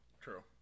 True